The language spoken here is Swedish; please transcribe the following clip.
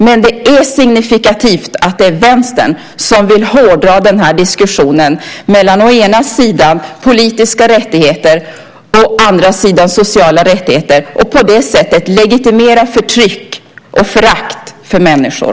Men det är signifikativt att det är vänstern som vill hårdra diskussionen mellan å ena sidan politiska rättigheter och å andra sidan sociala rättigheter och på det sättet legitimera förtryck och förakt för människor.